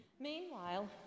Meanwhile